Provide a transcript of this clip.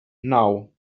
now